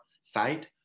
site